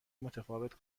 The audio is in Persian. متفاوت